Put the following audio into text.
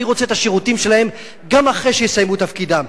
אני רוצה את השירותים שלהם גם אחרי שיסיימו את תפקידם,